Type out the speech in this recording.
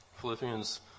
Philippians